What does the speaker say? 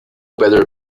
better